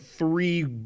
Three